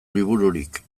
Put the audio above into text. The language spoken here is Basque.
libururik